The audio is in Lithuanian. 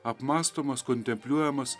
apmąstomas kontempliuojamas